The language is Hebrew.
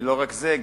לא רק זה,